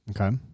Okay